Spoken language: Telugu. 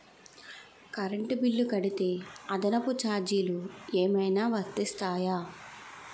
కరెంట్ బిల్లు కడితే అదనపు ఛార్జీలు ఏమైనా వర్తిస్తాయా?